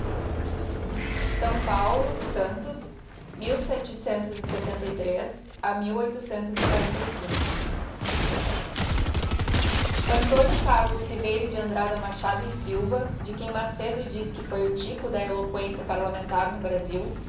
google s paulo santos e a antonio calvo ibeiro de andrada machado e silva de quem macedo diz que foi o typo da eloquência parlamentar no brasil